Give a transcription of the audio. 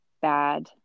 bad